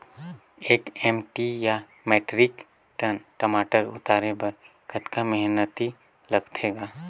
एक एम.टी या metric tonne टमाटर उतारे बर कतका मेहनती लगथे ग?